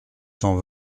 cent